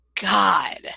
God